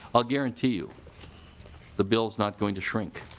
ah guarantee you the bill is not going to shrink